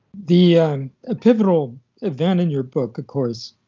the ah pivotal event in your book, of course,